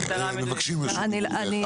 מבקשים רשות דיבור, זה אחד.